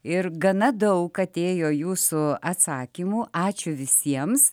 ir gana daug atėjo jūsų atsakymu ačiū visiems